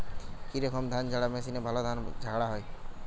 কি রকম ধানঝাড়া মেশিনে ভালো ধান ঝাড়া হয়?